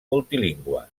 multilingüe